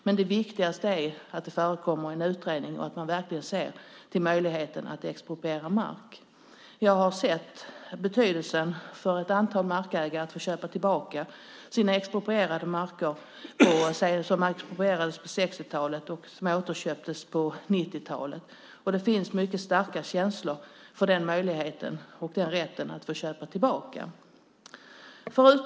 Men det viktigaste är att det sker en utredning och att man verkligen ser till möjligheten att expropriera mark. Jag har sett betydelsen för ett antal markägare av att få köpa tillbaka sina exproprierade marker som exproprierades på 60-talet och som återköptes på 90-talet. Det finns mycket starka känslor för möjligheten och rätten att få köpa tillbaka mark.